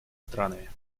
странами